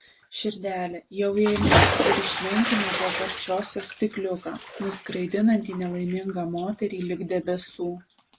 širdele jau eime ir išlenkime po karčiosios stikliuką nuskraidinantį nelaimingą moterį lig debesų